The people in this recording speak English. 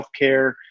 healthcare